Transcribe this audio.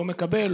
לא מקבל,